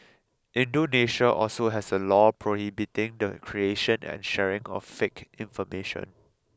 Indonesia also has a law prohibiting the creation and sharing of fake information